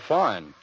fine